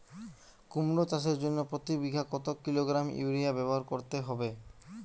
কুমড়ো চাষের জন্য প্রতি বিঘা কত কিলোগ্রাম ইউরিয়া ব্যবহার করতে হবে?